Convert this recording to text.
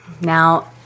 Now